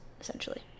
essentially